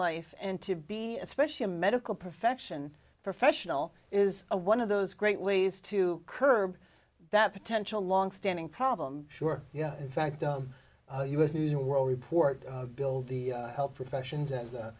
life and to be especially a medical profession professional is a one of those great ways to curb that potential long standing problem sure yeah in fact u s news and world report bill the help professions as